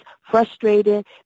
frustrated